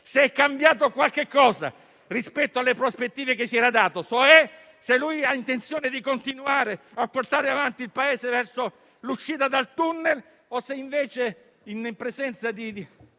se è cambiato qualche cosa rispetto alle prospettive che si era dato. Chiedo, cioè, se ha intenzione di continuare a portare avanti il Paese verso l'uscita dal tunnel o se, invece, in presenza del